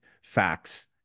facts